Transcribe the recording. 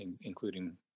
including